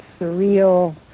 surreal